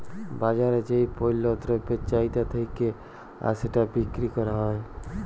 বাজারে যেই পল্য দ্রব্যের চাহিদা থাক্যে আর সেটা বিক্রি ক্যরা হ্যয়